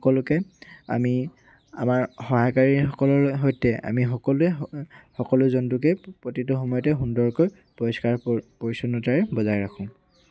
সকলোকে আমি আমাৰ সহায়কাৰীসকলৰ সৈতে আমি সকলোৱে সকলো জন্তুকে প্ৰতিটো সময়তে সুন্দৰকৈ পৰিষ্কাৰ পৰিচ্ছন্নতাৰে বজাই ৰাখোঁ